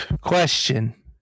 question